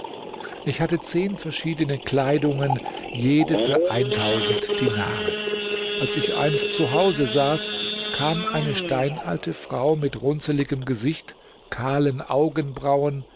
ich hatte zehn verschiedene kleidungen jede für dinare als ich einst zu hause saß kam eine steinalte frau mit runzeligem gesicht kahlen augenbrauen